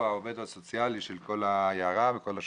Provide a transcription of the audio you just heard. העובד הסוציאלי של כל העיירה או של כל השכונה.